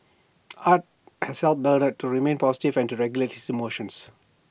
art has helped Bernard to remain positive and to regulate his emotions